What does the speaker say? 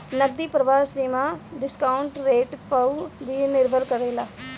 नगदी प्रवाह सीमा डिस्काउंट रेट पअ भी निर्भर करेला